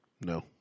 No